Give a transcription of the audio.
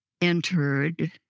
entered